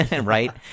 right